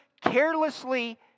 carelessly